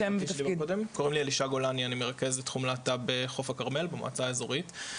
אני מרכז את תחום להט"ב במועצה האזורית חוף הכרמל,